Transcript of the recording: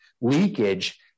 Leakage